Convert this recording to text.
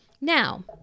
Now